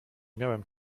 miałem